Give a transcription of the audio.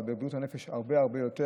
אבל בבריאות הנפש הרבה הרבה יותר.